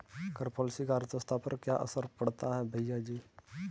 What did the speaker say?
कर पॉलिसी का अर्थव्यवस्था पर क्या असर पड़ता है, भैयाजी?